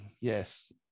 yes